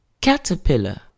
Caterpillar